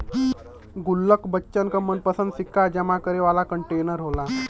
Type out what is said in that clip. गुल्लक बच्चन क मनपंसद सिक्का जमा करे वाला कंटेनर होला